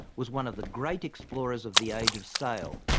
was one of the great explorers of the age of sail.